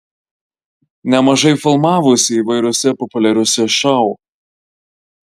nemažai filmavosi įvairiuose populiariuose šou